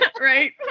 Right